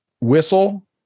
whistle